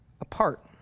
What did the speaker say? apart